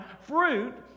fruit